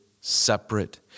separate